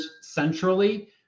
centrally